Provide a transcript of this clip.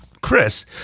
Chris